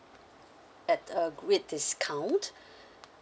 at a with discount